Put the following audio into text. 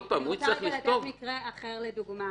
אני רוצה לתת מקרה אחר לדוגמה,